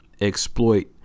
exploit